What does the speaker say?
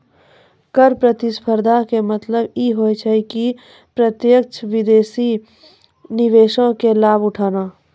कर प्रतिस्पर्धा के मतलब इ होय छै कि प्रत्यक्ष विदेशी निवेशो से लाभ उठाना